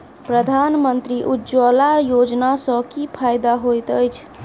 प्रधानमंत्री उज्जवला योजना सँ की फायदा होइत अछि?